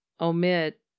omit